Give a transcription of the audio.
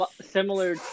similar